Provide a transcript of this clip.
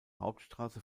hauptstrasse